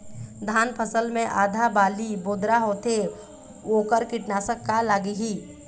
धान फसल मे आधा बाली बोदरा होथे वोकर कीटनाशक का लागिही?